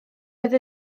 oedd